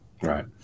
Right